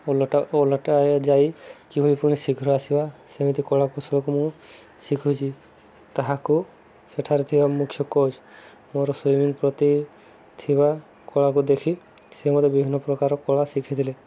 ଓଲଟା ଓଲଟା ଯାଇ କିଭଳି ପୁଣି ଶୀଘ୍ର ଆସିବା ସେମିତି କଳା କୌଶଳକୁ ମୁଁ ଶିଖୁଛି ତାହାକୁ ସେଠାରେ ଥିବା ମୁଖ୍ୟ କୋଚ୍ ମୋର ସୁଇମିଂ ପ୍ରତି ଥିବା କଳାକୁ ଦେଖି ସେ ମତେ ବିଭିନ୍ନ ପ୍ରକାର କଳା ଶିଖିଥିଲେ